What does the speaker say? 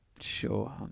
Sure